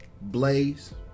Blaze